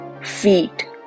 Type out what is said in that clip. feet